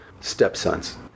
stepsons